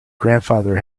grandfather